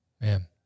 Man